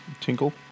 Tinkle